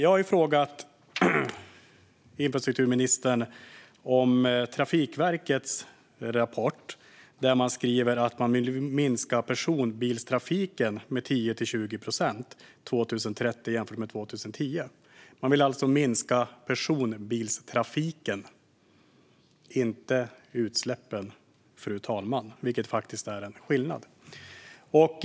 Jag har frågat infrastrukturministern om Trafikverkets rapport, där man skriver att man vill minska personbilstrafiken med 10-20 procent 2030 jämfört med 2010. Man vill alltså minska personbilstrafiken, inte utsläppen, fru talman, vilket faktiskt är en skillnad.